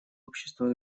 общества